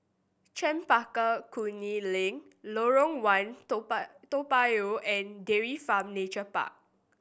Chempaka Kuning Link Lorong One Toa Toa Payoh and Dairy Farm Nature Park